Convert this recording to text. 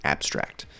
Abstract